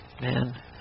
Man